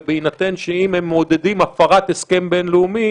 ובהינתן שאם הם מעודדים הפרת הסכם בין-לאומי,